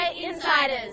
Insiders